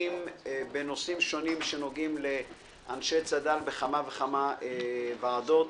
בנושאים שונים שנוגעים לאנשי צד"ל בכמה וכמה ועדות.